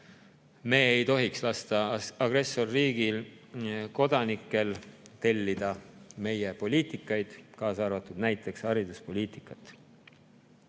me ei tohiks lasta agressorriigi kodanikel tellida meie poliitikaid, kaasa arvatud hariduspoliitikat.